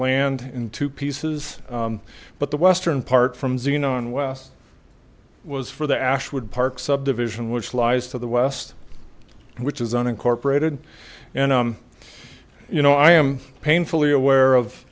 land in two pieces but the western part from xenon west was for the ash would park subdivision which lies to the west which is unincorporated and you know i am painfully aware of